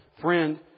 friend